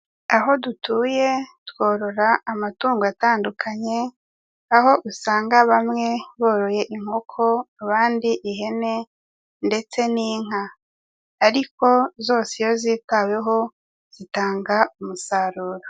Aho dutuye tworora amatungo atandukanye, aho usanga bamwe boroye inkoko abandi ihene ndetse n'inka ariko zose iyo zitaweho zitanga umusaruro.